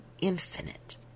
infinite